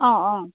অঁ অঁ